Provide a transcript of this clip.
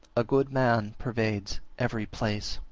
a good man pervades every place.